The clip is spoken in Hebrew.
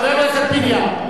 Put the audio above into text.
חבר הכנסת פיניאן.